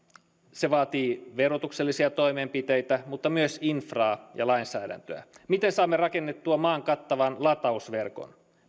se vaatii verotuksellisia toimenpiteitä mutta myös infraa ja lainsäädäntöä miten saamme rakennettua maan kattavan latausverkon